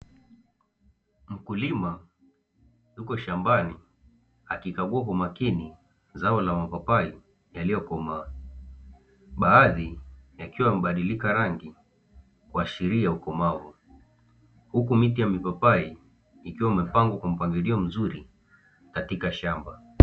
Mkulima ,yuko shambani akikagua kwa makini zao la mapapai yaliyokomaa, baadhi yakiwa yamebadilika rangi kuashiria ukomavu, huku miti ya mipapai ikiwa imepangwa kwa mpangilio mzuri katika shamba.